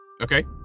Okay